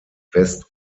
west